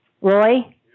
Roy